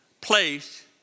place